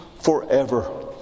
forever